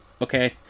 Okay